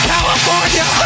California